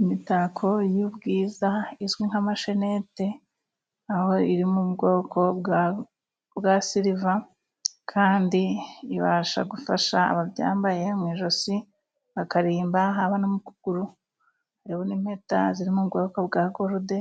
Imitako y'ubwiza izwi nk' amashenete aho iri mu bwoko bwa siiva kandi ibasha gufasha ababyambaye mu ijosi ,bakarimba haba no mu kuguru harimo n'impeta ziri mu bwoko bwa golude